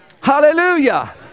hallelujah